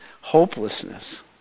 hopelessness